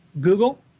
Google